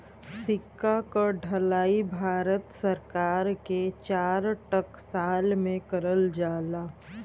सिक्का क ढलाई भारत सरकार के चार टकसाल में करल जाला